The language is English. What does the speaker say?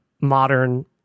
modern